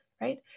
right